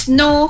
no